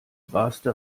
raste